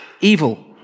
Evil